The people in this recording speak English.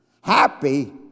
Happy